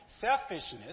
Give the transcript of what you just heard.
selfishness